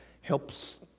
helps